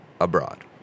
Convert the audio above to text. Abroad